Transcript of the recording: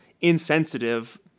insensitive